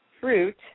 fruit